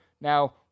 Now